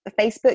Facebook